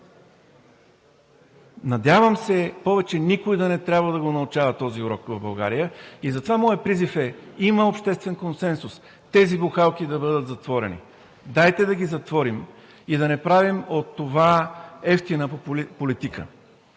Надявам се повече никой да не трябва да го научава този урок в България и затова моят призив е: има обществен консенсус тези бухалки да бъдат затворени. Дайте да ги затворим и да не правим от това евтина политика.